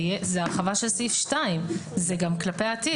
זאת הרחבה של סעיף 2. זה גם כלפי העתיד.